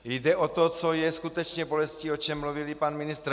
Jde o to, co je skutečně bolestí, o čem mluvil i pan ministr.